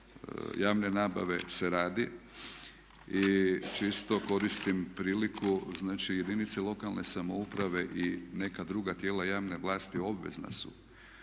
javne nabave se radi. I čisto koristim priliku, znači jedinice lokalne samouprave i neka druga tijela javne vlasti obvezna su